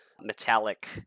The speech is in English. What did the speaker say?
metallic